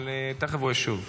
אבל תכף הוא ישוב.